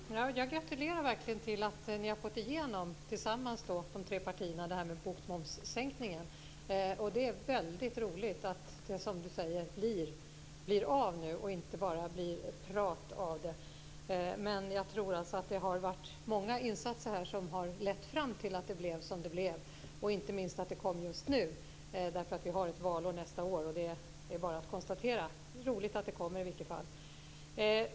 Fru talman! Jag gratulerar att de tre partierna tillsammans har fått igenom förslaget om en sänkning av bokmomsen. Det är väldigt roligt att det blir av och inte bara är prat. Jag tror att det har varit många insatser som har lett fram till att det har blivit som det har blivit - inte minst just nu. Det är valår nästa år. Det är bara att konstatera att det i vilket fall som helst är roligt.